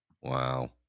wow